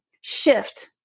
shift